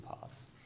paths